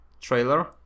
trailer